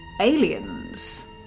aliens